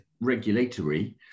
regulatory